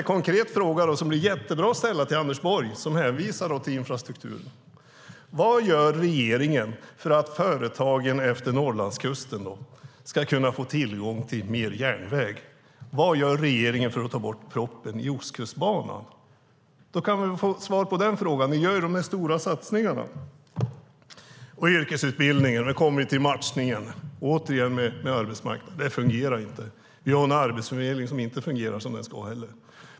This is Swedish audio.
En konkret fråga att ställa till Anders Borg, som hänvisar till infrastrukturen, är vad regeringen gör för att företagen efter Norrlandskusten ska få tillgång till mer järnväg och vad regeringen gör för att ta bort proppen i Ostkustbanan. Vi kanske kan få svar på det eftersom regeringen gör de stora satsningarna. Sedan har vi yrkesutbildningen och matchningen på arbetsmarknaden som inte fungerar. Vi har en arbetsförmedling som inte heller fungerar som den ska.